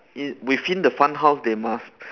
it within the fun house there must